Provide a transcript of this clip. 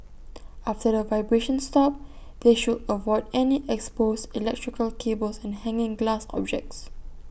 after the vibrations stop they should avoid any exposed electrical cables and hanging glass objects